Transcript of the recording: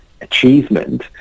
achievement